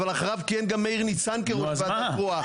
אבל אחריו כיהן גם מאיר ניצן כראש ועדה קרואה.